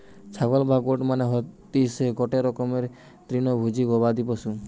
ছাগল বা গোট মানে হতিসে গটে রকমের তৃণভোজী গবাদি পশু